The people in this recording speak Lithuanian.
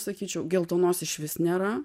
sakyčiau geltonos išvis nėra